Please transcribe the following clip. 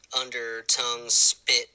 under-tongue-spit